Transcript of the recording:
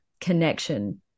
connection